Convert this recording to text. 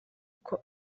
uko